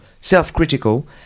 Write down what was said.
self-critical